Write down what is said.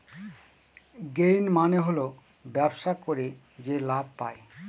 gain মানে হল ব্যবসা করে যে লাভ পায়